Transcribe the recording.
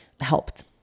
helped